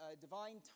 divine